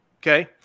Okay